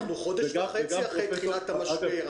אבל אנחנו חודש וחצי אחרי תחילת המשבר,